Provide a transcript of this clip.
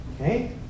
okay